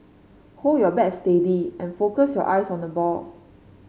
hold your bat steady and focus your eyes on the ball